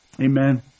amen